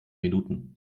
minuten